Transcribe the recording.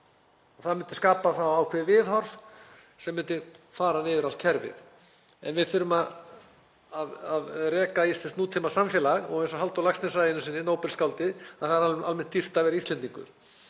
Það myndi skapa ákveðið viðhorf sem myndi fara niður allt kerfið. En við þurfum að reka íslenskt nútímasamfélag. Og eins og Halldór Laxness sagði einu sinni, Nóbelsskáldið: Það er almennt dýrt að vera Íslendingur.